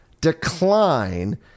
decline